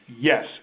Yes